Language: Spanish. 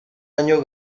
año